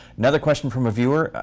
another question from a viewer.